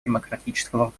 демократического